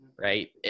right